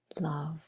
love